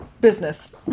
business